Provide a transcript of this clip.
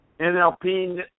NLP